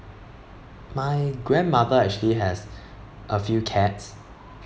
my grandmother actually has a few cats